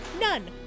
None